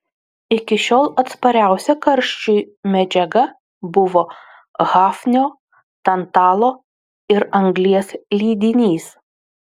iki šiol atspariausia karščiui medžiaga buvo hafnio tantalo ir anglies lydinys